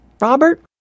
Robert